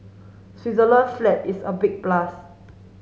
Switzerland flag is a big plus